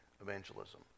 evangelism